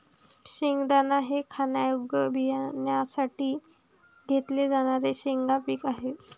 शेंगदाणा हे खाण्यायोग्य बियाण्यांसाठी घेतले जाणारे शेंगा पीक आहे